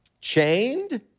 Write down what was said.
Chained